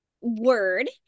word